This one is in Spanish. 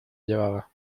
llevaba